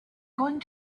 going